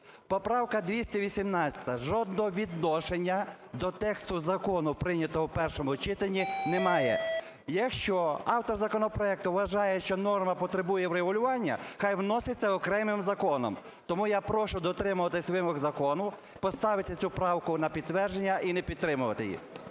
Поправка 218-а жодного відношення до тексту закону, прийнятого в першому читанні, не має. Якщо автор законопроекту вважає, що норма потребує врегулювання – хай вноситься окремим законом. Тому я прошу дотримуватися вимог закону. Поставити цю правку на підтвердження і не підтримувати її.